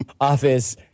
office